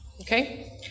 Okay